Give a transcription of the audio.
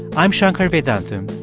i'm shankar vedantam,